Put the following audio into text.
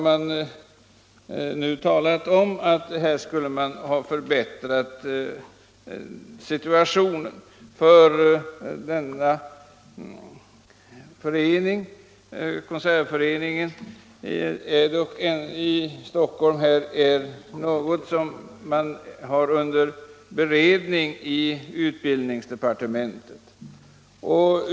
Det har här talats om att man borde förbättra situationen för Konsertföreningen. Denna fråga är dock under beredning i utbildningsdepartementet.